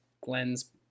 Glenn's